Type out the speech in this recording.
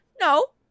No